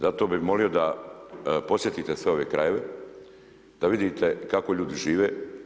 Zato bi molio da posjetite sve ove krajeve, da vidite kako ljudi žive.